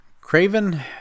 Craven